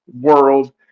world